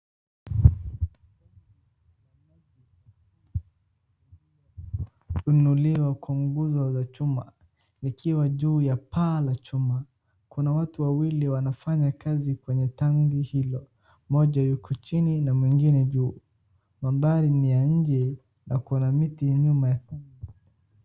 Kuinuliwa kwa nguzo za chuma likiwa juu ya paa la chuma. Kuna watu wawili wanafanya kazi kwenye tangi hilo, mmoja yuko chini na mwingine juu. Mandari ni ya nje na kuna miti nyuma ya.